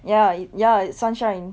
ya it ya it's sunshine